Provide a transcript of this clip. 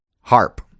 Harp